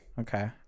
Okay